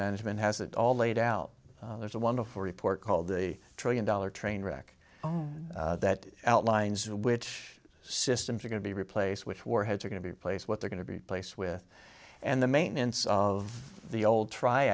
management has it all laid out there's a wonderful report called the trillion dollar train wreck that outlines which systems are going to be replaced which warheads are going to be placed what they're going to be a place with and the maintenance of the old tr